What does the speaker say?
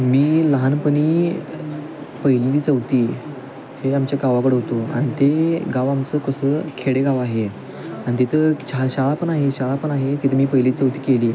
मी लहानपणी पहिली चौथी हे आमच्या गावाकडं होतो आणि ते गाव आमचं कसं खेडेगाव आहे आणि तिथं छा शाळा पण आहे शाळा पण आहे तिथं मी पहिली चौथी केली